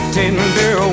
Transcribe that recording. tender